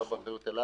לא באחריות אל על,